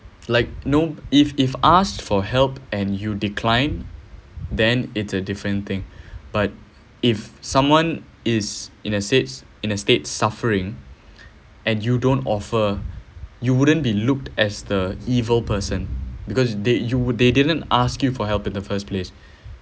like no if if asked for help and you decline then it's a different thing but if someone is in a states in a state suffering and you don't offer you wouldn't be looked as the evil person because they you they didn't ask you for help in the first place